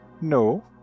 No